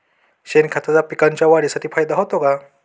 शेणखताचा पिकांच्या वाढीसाठी फायदा होतो का?